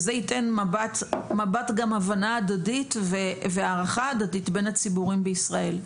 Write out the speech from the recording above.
זה ייתן הבנה הדדית והערכה הדדית בין הציבורים בישראל;